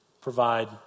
Provide